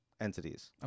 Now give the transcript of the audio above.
entities